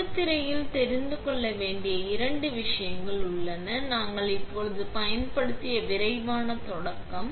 தொடுதிரையில் தெரிந்து கொள்ள வேண்டிய இரண்டு விஷயங்கள் உள்ளன நாங்கள் இப்போது பயன்படுத்திய விரைவான தொடக்கம்